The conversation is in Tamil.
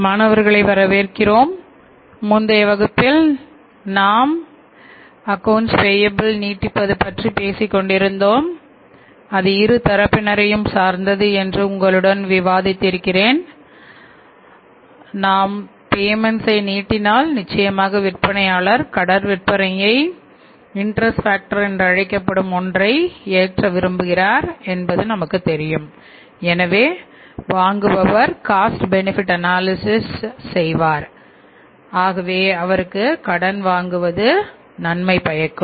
மாணவர்களை வரவேற்கிறோம் முந்தைய வகுப்பில் நாம் அக்கௌன்ஸ் பேயபிள்ஸ் செய்வார் ஆகவே அவருக்குக் கடன் வாங்குவது நன்மை பயக்கும்